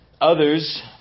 Others